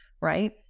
right